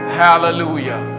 hallelujah